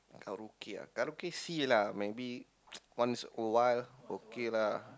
karaoke ah karaoke see lah maybe once awhile okay lah